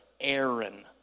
Aaron